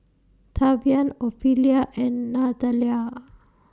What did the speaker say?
Tavian Ophelia and Nathalia